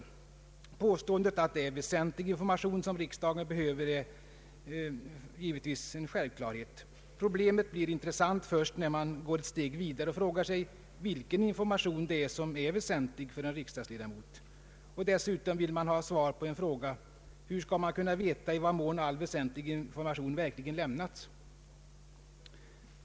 Påståendet att det är väsentlig information som riksdagen behöver är givetvis en självklarhet. Problemet blir in tressant först när man går ett steg vidare och frågar sig vilken information som är väsentlig för en riksdagsledamot. Dessutom vill man ha svar på frågan: Hur skall man kunna veta i vad mån all väsentlig information verkligen lämnats?